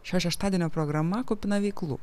šio šeštadienio programa kupina veiklų